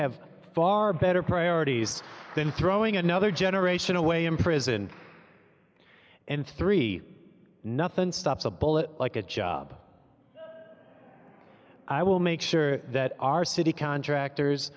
have far better priorities than throwing another generation away in prison and three nothing stops a bullet like a job i will make sure that our city contractors